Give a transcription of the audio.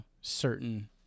certain